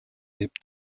lebt